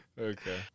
Okay